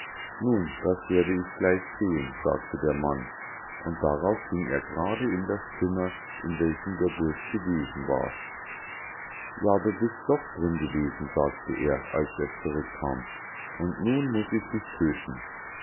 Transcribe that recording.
nun das werde ich gleich sehen sagte der mann und darauf ging er grade in das zimmer in welchem der bursch gewesen war ja du bist doch drin gewesen sagte er als er zurückkam und nun muß ich dich tödten